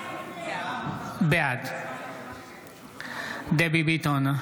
בעד דבי ביטון,